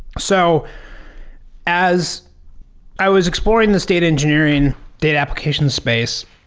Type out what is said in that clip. so as i was exploring the state engineering data application space,